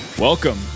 Welcome